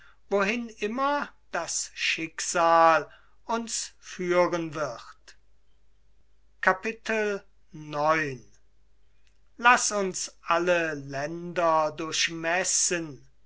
wohin immer das schicksal uns führen wird laß uns alle länder